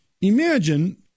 imagine